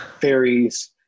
fairies